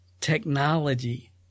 Technology